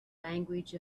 language